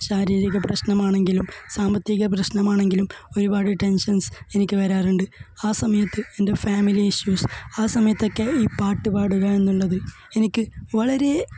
ശാരീരിക പ്രശ്നമാണെങ്കിലും സാമ്പത്തിക പ്രശ്നമാണെങ്കിലും ഒരുപാട് ടെന്ഷന്സ് എനിക്ക് വരാറുണ്ട് ആ സമയത്ത് എന്റെ ഫാമിലി ഇഷ്യൂസ് ആ സമയത്തൊക്കെ ഈ പാട്ട് പാടുക എന്നുള്ളത് എനിക്ക് വളരെ